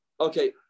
Okay